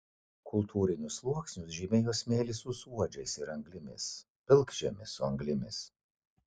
kultūrinius sluoksnius žymėjo smėlis su suodžiais ir anglimis pilkžemis su anglimis